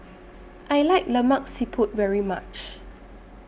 I like Lemak Siput very much